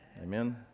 Amen